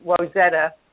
Rosetta